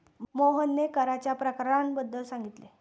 मोहनने कराच्या प्रकारांबद्दल सांगितले